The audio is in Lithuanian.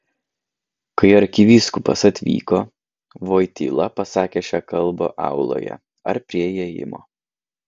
kai arkivyskupas atvyko voityla pasakė šią kalbą auloje ar prie įėjimo